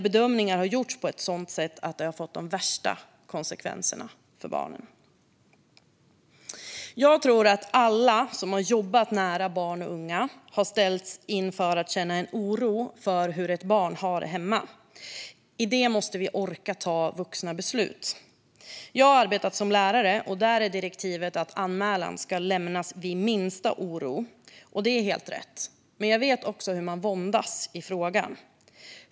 Bedömningar har gjorts på ett sådant sätt att de har fått de värsta tänkbara konsekvenserna för barnen. Jag tror att alla som har jobbat nära barn och unga har känt oro för hur ett barn har det hemma. Vi måste orka ta vuxna beslut vid sådana fall. Jag har arbetat som lärare. Där är direktivet att anmälan ska lämnas vid minsta oro. Det är helt rätt. Men jag vet också hur man våndas i denna fråga.